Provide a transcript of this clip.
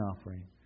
offering